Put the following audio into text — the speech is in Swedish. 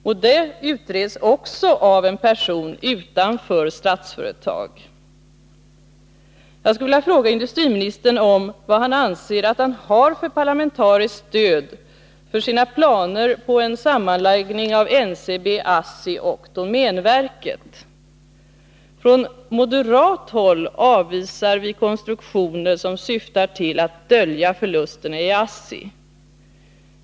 Även den saken utreds av en person utanför Statsföretag. Jag skulle vilja fråga industriministern: Vilket parlamentariskt stöd anser sig industriministern ha för sina planer på en sammanläggning av NCB, ASSI och domänverket? Från moderat håll avvisar vi konstruktioner som syftar till att dölja förlusterna i ASSI.